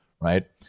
right